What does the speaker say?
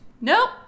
Nope